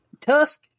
Tusk